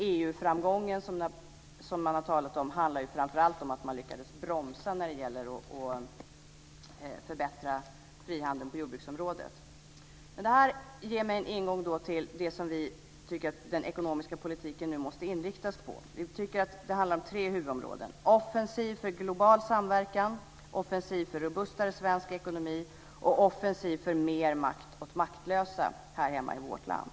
EU-framgången som man har talat om handlade framför allt om att man lyckades bromsa när det gäller att förbättra frihandeln på jordbruksområdet. Detta ger mig en ingång till det som vi tycker att den ekonomiska politiken nu måste inriktas på. Vi tycker att det handlar om tre huvudområden: offensiv för global samverkan, offensiv för robustare svensk ekonomi och offensiv för mer makt åt maktlösa här hemma i vårt land.